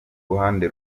ruhande